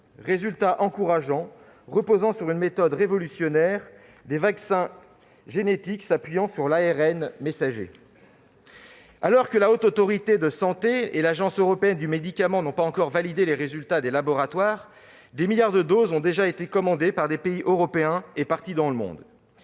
résultats très encourageants, reposant sur une méthode révolutionnaire : des vaccins génétiques s'appuyant sur l'ARN messager. Alors que la Haute Autorité de santé, la HAS, et l'Agence européenne des médicaments n'ont pas encore validé les résultats des laboratoires, des milliards de doses ont déjà été commandées par les pays européens, partout dans le monde.